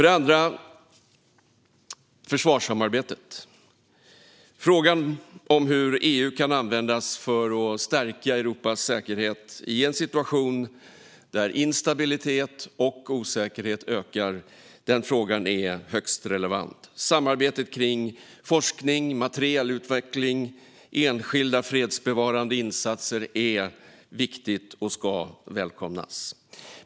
Det andra exemplet är försvarssamarbetet. Frågan hur EU kan användas för att stärka Europas säkerhet i en situation där instabilitet och osäkerhet ökar är högst relevant. Samarbetet kring forskning, materielutveckling och enskilda fredsbevarande insatser är viktigt och ska välkomnas.